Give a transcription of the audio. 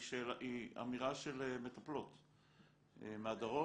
היא אמירה של מטפלות מהדרום,